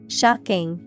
shocking